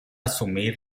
asumir